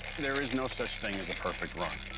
there is no such thing as a perfect run.